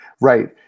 Right